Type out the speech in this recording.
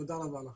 תודה רבה לך.